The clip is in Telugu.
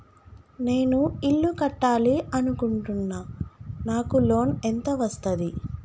నేను ఇల్లు కట్టాలి అనుకుంటున్నా? నాకు లోన్ ఎంత వస్తది?